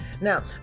Now